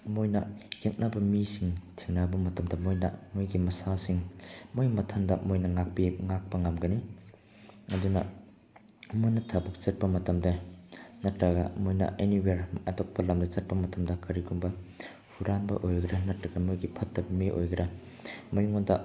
ꯃꯣꯏꯅ ꯌꯦꯛꯅꯕ ꯃꯤꯁꯤꯡ ꯊꯦꯡꯅꯕ ꯃꯇꯝꯗ ꯃꯣꯏꯅ ꯃꯣꯏꯒꯤ ꯃꯁꯥꯁꯤꯡ ꯃꯣꯏ ꯃꯊꯟꯇ ꯃꯣꯏꯅ ꯉꯥꯛꯄ ꯉꯝꯒꯅꯤ ꯑꯗꯨꯅ ꯃꯣꯏꯅ ꯊꯕꯛ ꯆꯠꯄ ꯃꯇꯝꯗ ꯅꯠꯇ꯭ꯔꯒ ꯃꯣꯏꯅ ꯑꯦꯅꯤꯋꯦꯌꯥꯔ ꯑꯇꯣꯞꯄ ꯂꯝꯗ ꯆꯠꯄ ꯃꯇꯝ ꯀꯔꯤꯒꯨꯝꯕ ꯍꯨꯔꯥꯟꯕ ꯑꯣꯏꯒꯦꯔ ꯅꯠꯇ꯭ꯔꯒ ꯃꯣꯏꯒꯤ ꯐꯠꯇꯕ ꯃꯤ ꯑꯣꯏꯒꯦꯔ ꯃꯣꯏꯉꯣꯟꯗ